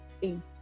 team